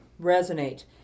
Resonate